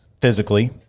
physically